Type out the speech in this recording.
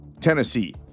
Tennessee